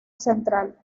central